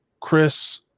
Chris